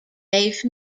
gave